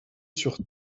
sur